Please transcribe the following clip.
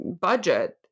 budget